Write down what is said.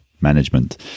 management